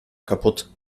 kaputt